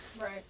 right